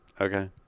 Okay